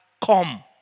come